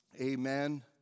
amen